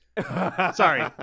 Sorry